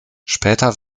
später